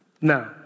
Now